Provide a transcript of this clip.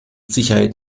sicherheit